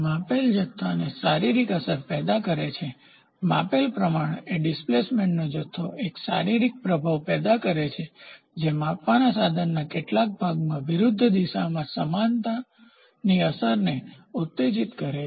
માપેલ જથ્થો શારીરિક અસર પેદા કરે છે માપેલ પ્રમાણ એ ડિસ્પ્લેસમેન્ટ જથ્થો એક શારીરિક પ્રભાવ પેદા કરે છે જે માપવાના સાધનના કેટલાક ભાગમાં વિરુદ્ધ દિશામાં સમાનતા અસરને ઉત્તેજિત કરે છે